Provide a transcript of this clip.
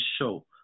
show